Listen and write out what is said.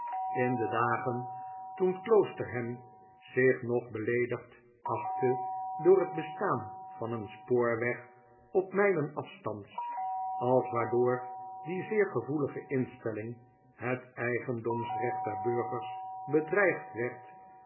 in de dagen toen kloosterham zich nog beleedigd achtte door het bestaan van een spoorweg op myien afstands als waardoor die zeer gevoelige instelling het eigendomsrecht der burgers bedreigd werd